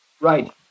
Right